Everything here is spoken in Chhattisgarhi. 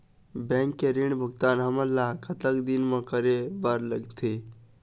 बैंक के ऋण भुगतान हमन ला कतक दिन म करे बर लगही?